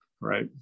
Right